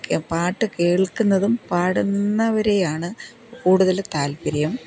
പാട്ടു കേൾക്കുന്നതും പാടുന്നവരെയാണ് കൂടുതലും താല്പര്യം